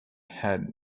had